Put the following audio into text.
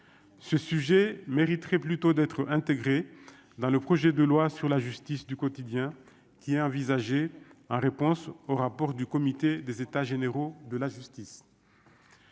ce sujet mériterait plutôt d'être intégrés dans le projet de loi sur la justice du quotidien qui est envisagé en réponse au rapport du comité des états généraux de la justice.